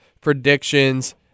predictions